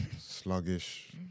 sluggish